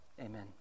amen